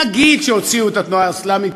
נגיד שהוציאו את התנועה האסלאמית,